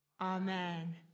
Amen